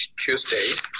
Tuesday